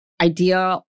idea